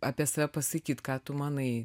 apie save pasakyt ką tu manai